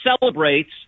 celebrates